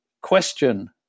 question